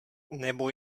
nebo